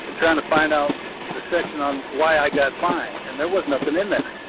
ah tried to find out the section on why i got fine and there was nothing in there.